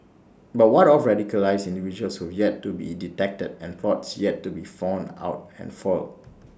but what of radicalised individuals who've yet to be detected and plots yet to be found out and foiled